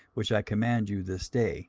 which i command you this day